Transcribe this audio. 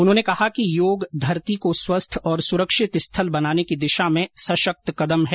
उन्होंने कहा कि योग धरती को स्वस्थ और सुरक्षित स्थल बनाने की दिशा में सशक्त कदम है